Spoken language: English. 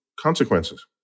consequences